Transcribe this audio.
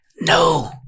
no